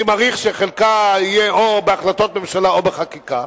אני מעריך שחלקה יהיה או בהחלטות ממשלה או בחקיקה.